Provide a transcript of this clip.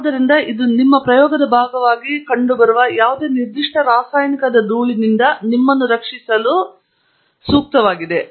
ಆದ್ದರಿಂದ ಇದು ನಿಮ್ಮ ಪ್ರಯೋಗದ ಭಾಗವಾಗಿ ಕಂಡುಬರುವ ಯಾವುದೇ ನಿರ್ದಿಷ್ಟ ರಾಸಾಯನಿಕದ ಧೂಳಿನಿಂದ ನಿಮ್ಮನ್ನು ರಕ್ಷಿಸಲು ಹೆಚ್ಚು ವಿಸ್ತಾರವಾದ ಮತ್ತು ನಿಮಗೆ ತಿಳಿದಿರುವ ಸಾಧನವಾಗಿದೆ